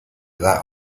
that